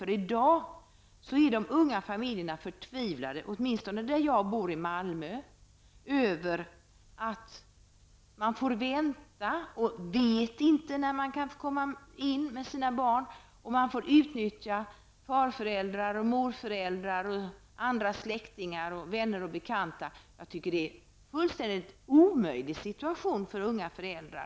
I dag är de unga familjerna förtvivlade, åtminstone där jag bor i Malmö, över att man får vänta och inte vet när man kan få komma in med sina barn. Man får utnyttja farföräldrar och morföräldrar och andra släktingar och vänner och bekanta. Jag tycker det är en fullständigt omöjlig situation för unga föräldrar.